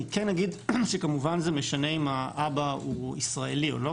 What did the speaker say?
אני כן אגיד שכמובן זה משנה אם האב הוא ישראלי או לא,